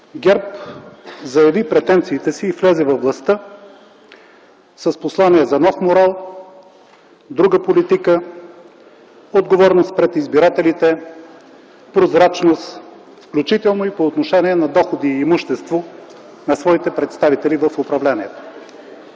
ГЕРБ заяви претенциите си и влезе във властта с послание за нов морал, друга политика, отговорност пред избирателите, прозрачност, включително и по отношение на доходи и имущество на своите представители в управлението.